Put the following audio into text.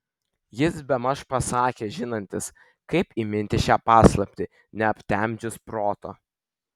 jis bemaž pasakė žinantis kaip įminti šią paslaptį neaptemdžius proto